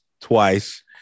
twice